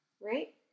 Right